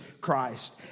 Christ